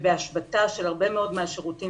ובהשבתה של הרבה מאוד מהשירותים